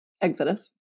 Exodus